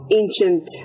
ancient